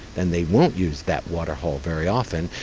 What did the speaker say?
then they won't use that waterhole very often,